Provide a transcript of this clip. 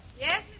Yes